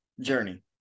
journey